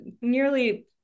nearly